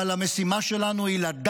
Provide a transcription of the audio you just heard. המשימה שלנו היא להאמין בעצמנו.